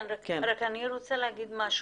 כן, אני רוצה להגיד משהו.